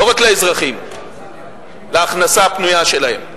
לא רק לאזרחים, להכנסה הפנויה שלהם,